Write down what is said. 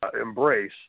embrace